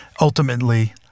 ultimately